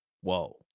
whoa